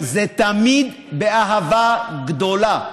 זה תמיד באהבה גדולה,